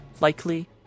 likely